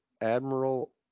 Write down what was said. admiral